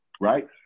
right